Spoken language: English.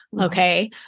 okay